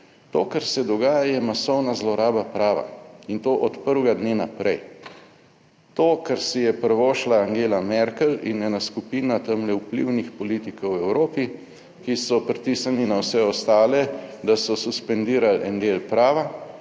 To, kar se dogaja, je masovna zloraba prava in to od prvega dne naprej. To, kar si je privoščila Angela Merkel in ena skupina tamle vplivnih politikov v Evropi, ki so pritisnili na vse ostale, da so suspendirali en del prava